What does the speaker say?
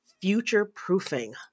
future-proofing